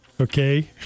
Okay